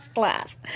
laugh